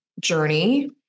journey